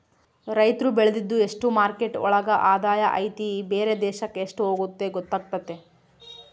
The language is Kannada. ರೈತ್ರು ಬೆಳ್ದಿದ್ದು ಎಷ್ಟು ಮಾರ್ಕೆಟ್ ಒಳಗ ಆದಾಯ ಐತಿ ಬೇರೆ ದೇಶಕ್ ಎಷ್ಟ್ ಹೋಗುತ್ತೆ ಗೊತ್ತಾತತೆ